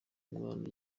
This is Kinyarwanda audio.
umwana